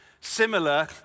similar